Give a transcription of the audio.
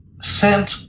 sent